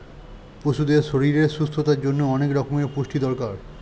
পশুদের শরীরের সুস্থতার জন্যে অনেক রকমের পুষ্টির দরকার